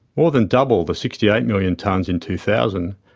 more than double the sixty eight million tonnes in two thousand,